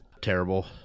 terrible